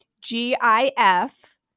G-I-F